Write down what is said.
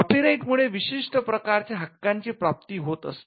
copyright मुळे विशिष्ट प्रकारच्या हक्कांची प्राप्ती होत असते